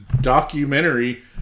documentary